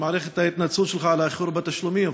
את ההתנצלות שלך על האיחור בתשלומים,